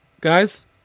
guys